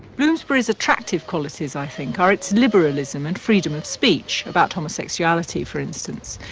bloomsbury's attractive qualities, i think, are its liberalism and freedom of speech about homosexuality, for instance,